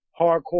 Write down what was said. hardcore